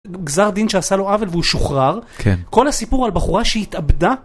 גזר דין שעשה לו עוול והוא שוחרר, כל הסיפור על בחורה שהתאבדה.